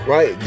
Right